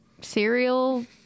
cereal